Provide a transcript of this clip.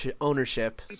ownership